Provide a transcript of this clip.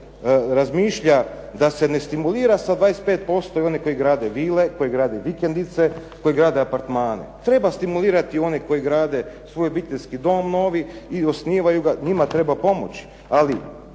da se razmišlja da se ne stimulira sa 25% i one koji grade vile, koji grade vikendice, koji grade apartmane. Treba stimulirati one koji grade svoj obiteljski dom novi i osnivaju ga. Njima treba pomoći.